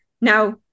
Now